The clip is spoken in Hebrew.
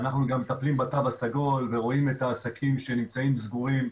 אנחנו גם מטפלים בתו הסגול ורואים את העסקים שנמצאים סגורים,